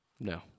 No